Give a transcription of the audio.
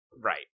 Right